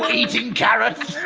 eating carrots.